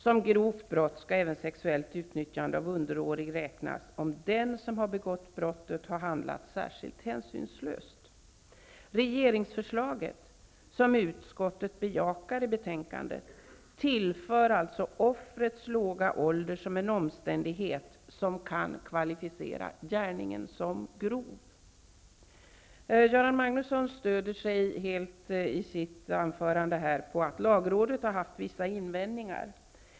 Som grovt brott skall även sexuellt utnyttjande av underårig räknas, om den som har begått brottet har handlat särskilt hänsynslöst. Regeringsförslaget, som utskottet tillstyrker i betänkandet, tillför offrets låga ålder som en omständighet som kan kvalificera gärningen som grov. Göran Magnusson stöder sig i sitt anförande helt på att lagrådet har haft vissa invändningar.